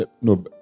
No